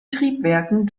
triebwerken